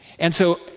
and so,